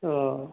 हां